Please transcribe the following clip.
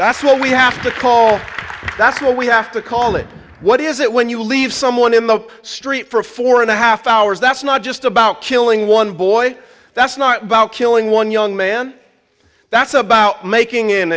that's what we have to call that's what we have to call it what is it when you leave someone in the street for four and a half hours that's not just about killing one boy that's not about killing one young man that's about making